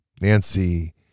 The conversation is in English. Nancy